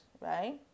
right